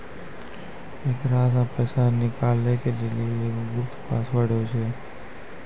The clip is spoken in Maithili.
एकरा से पैसा निकालै के लेली एगो गुप्त पासवर्ड होय छै